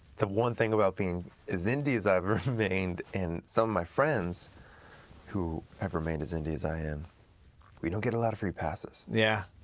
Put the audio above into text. the one thing about being as indie as i've remained, and some of my friends who have remained as indie as i am, we don't get a lot of free passes. yeah.